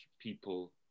people